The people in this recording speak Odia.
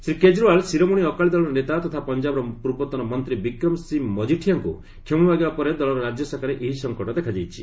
ଶ୍ରୀ କେଜରିଓ୍ଠାଲ୍ ଶିରୋମଣି ଅକାଳୀଦଳର ନେତା ତଥା ପଞ୍ଜାବର ପୂର୍ବତନ ମନ୍ତ୍ରୀ ବିକ୍ରମ୍ ସିଂ ମଜିଠିଆଙ୍କୁ କ୍ଷମା ମାଗିବା ପରେ ଦଳର ରାଜ୍ୟ ଶାଖାରେ ଏହି ସଙ୍କଟ ଦେଖାଦେଇଛି